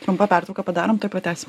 trumpą pertrauką padarom tuo pratęsim